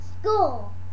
School